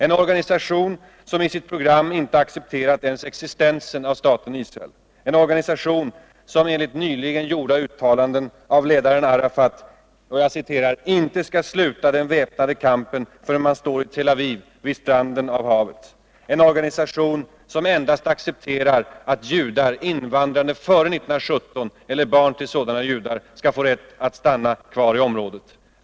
En organisation som i sitt program inte ens accepterat existensen av staten Israel. En organisation som enligt nyligen gjorda uttalanden av ledaren Arafat ”inte skall sluta den väpnade kampen förrän man står i Tel Aviv, vid stranden av havet”. En organisation som endast accepterar att judar invandrade före 1917 eller barn till sådana judar skall få rätt att stanna kvar i området.